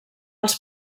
els